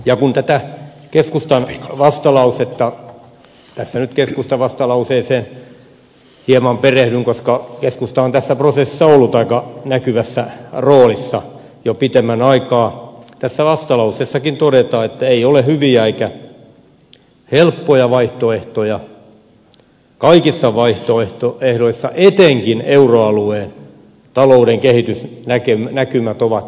ja kun tätä keskustan vastalausetta lukee tässä nyt keskustan vastalauseeseen hieman perehdyn koska keskusta on tässä prosessissa ollut aika näkyvässä roolissa jo pitemmän aikaa tässä vastalauseessakin todetaan että ei ole hyviä eikä helppoja vaihtoehtoja kaikissa vaihtoehdoissa etenkin euroalueen talouden kehitysnäkymät ovat ankeita